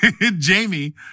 Jamie